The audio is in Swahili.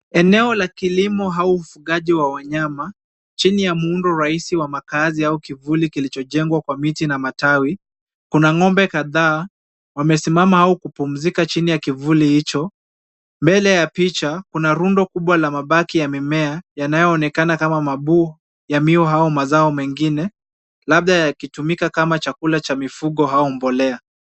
Eneo la kilimo au ufugaji wa wanyama chini ya muundo rahisi wa makaazi au kivuli kilichojengwa kwa miti na matawi kuna ng'ombe kadhaa wamesimama au kupumzika chini ya kivuli hicho. Mbele ya picha kuna rundo kubwa la mabaki ya mimea yanayonekana kama mabuu ya miwa au mazao mengine labda yakitumika kama chakula cha mifugo au mbolea.